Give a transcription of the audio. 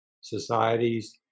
societies